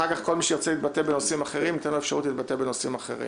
אחר כך ניתן אפשרות להתבטא בנושאים אחרים